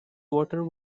water